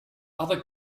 other